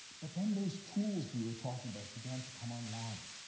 but then, those tools we were talking about began to come online.